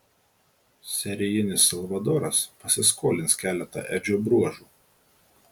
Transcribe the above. serijinis salvadoras pasiskolins keletą edžio bruožų